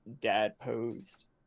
dad-posed